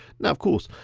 now of course,